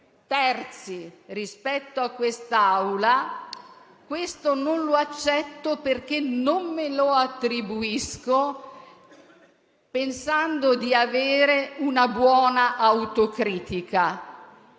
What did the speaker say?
terzi rispetto a quest'Assemblea non lo accetto perché non me lo attribuisco, pensando di avere un buon senso di autocritica.